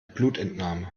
blutentnahme